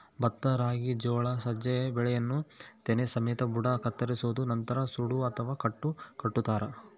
ಭತ್ತ ರಾಗಿ ಜೋಳ ಸಜ್ಜೆ ಬೆಳೆಯನ್ನು ತೆನೆ ಸಮೇತ ಬುಡ ಕತ್ತರಿಸೋದು ನಂತರ ಸೂಡು ಅಥವಾ ಕಟ್ಟು ಕಟ್ಟುತಾರ